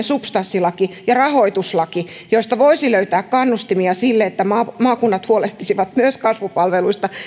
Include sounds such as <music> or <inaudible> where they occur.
<unintelligible> substanssilakia ja rahoituslakia joista voisi löytää kannustimia sille että maakunnat huolehtisivat myös kasvupalveluista